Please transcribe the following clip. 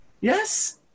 Yes